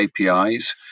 APIs